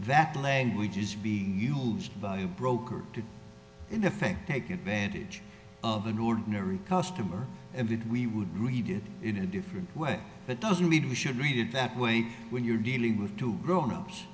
that language is be brokered to in effect take advantage of an ordinary customer and that we would read it in a different way that doesn't mean we should read it that way when you're dealing with two grown ups